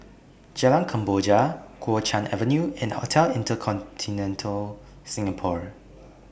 Jalan Kemboja Kuo Chuan Avenue and Hotel InterContinental Singapore